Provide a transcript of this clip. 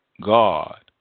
God